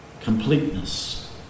Completeness